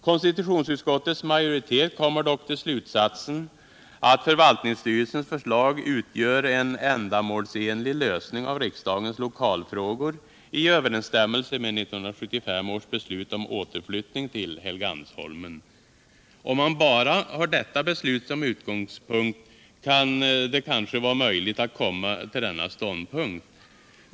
Konstitutionsutskottets majoritet kommer dock till slutsatsen att förvaltningsstyrelsens förslag utgör en ändamålsenlig lösning av riksdagens lokalfrågor i överensstämmelse med 1975 års beslut om återflyttning till Helgeandsholmen. Om man bara har detta beslut att utgå från kan det kanske vara möjligt att komma till denna ståndpunkt.